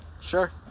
Sure